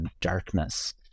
darkness